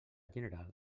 general